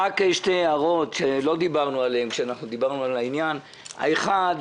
רק שתי הערות שלא דיברנו עליהן כשדיברנו על העניין: הערה אחת